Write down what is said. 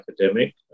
academic